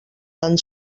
tan